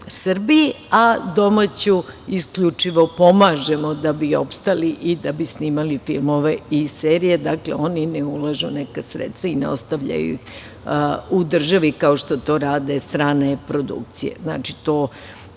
Srbiji, a domaću isključivo pomažemo da bi opstali i da bi snimali filmove i serije. Dakle, oni ne ulažu neka sredstva i ne ostavljaju ih u državi, kao što to rade strane produkcije. Znači, to